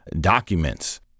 documents